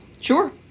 sure